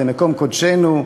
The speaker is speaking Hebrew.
למקום קודשנו,